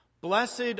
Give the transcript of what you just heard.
Blessed